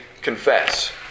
confess